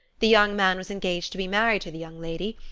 the young man was engaged to be married to the young lady,